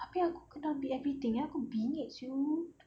tapi aku kena ambil everything then aku bingit [siol]